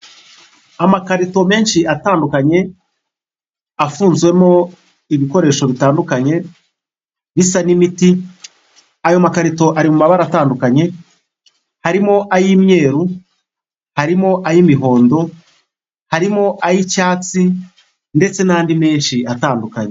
Amakarito menshi atandukanye afunzwemo ibikoresho bitandukanye bisa n'imiti, ayo makarito ari mu mabara atandukanye harimo ay'imyeru, harimo ay'imihondo, harimo ay'icyatsi ndetse n'andi menshi atandukanye.